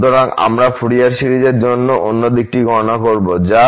সুতরাং আমরা ফুরিয়ার সিরিজের অন্য দিকটি গণনা করব যা